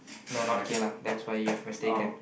no not Geylang that's where you've mistaken